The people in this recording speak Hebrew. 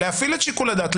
להפעיל את שיקול הדעת,